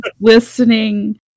listening